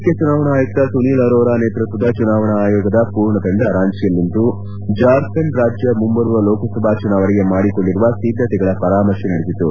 ಮುಖ್ಯ ಚುನಾವಣಾ ಆಯುಕ್ತ ಸುನೀಲ್ ಅರೋರಾ ನೇತೃತ್ವದ ಚುನಾವಣಾ ಆಯೋಗದ ಪೂರ್ಣ ತಂಡ ರಾಂಚಿಯಲ್ಲಿಂದು ಜಾರ್ಖಂಡ್ ರಾಜ್ಯ ಮುಂಬರುವ ಲೋಕಸಭಾ ಚುನಾವಣೆಗೆ ಮಾಡಿಕೊಂಡಿರುವ ಸಿದ್ದತೆಗಳ ಪರಾಮರ್ಶೆ ನಡೆಸಿತು